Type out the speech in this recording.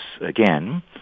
again